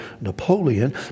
Napoleon